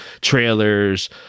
trailers